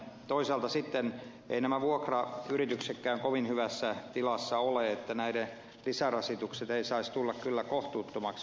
toisaalta eivät nämä vuokrayrityksetkään kovin hyvässä tilassa ole niin että niiden lisärasitukset eivät saisi tulla kyllä kohtuuttomaksi